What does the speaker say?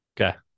Okay